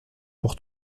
pour